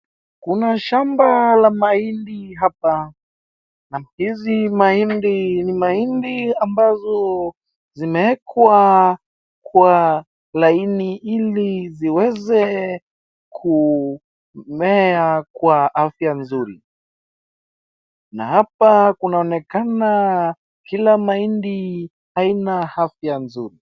Kuna shamba la mahindi hapa. Hizi mahindi, ni mahindi ambazo zimeekwa kwa laini iliziweze kumea kwa afya mzuri. Na hapa kunaonekana kila mahindi haina afya mzuri.